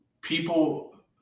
people